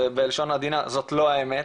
ובלשון עדינה זאת לא האמת.